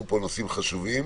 עלו פה נושאים חשובים,